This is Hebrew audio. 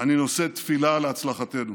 אני נושא תפילה להצלחתנו.